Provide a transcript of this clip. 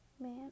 Man